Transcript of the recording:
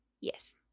yes